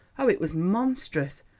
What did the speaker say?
oh, it was monstrous!